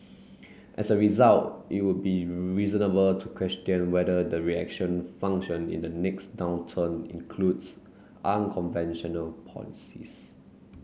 as a result it would be reasonable to question whether the reaction function in the next downturn includes unconventional policies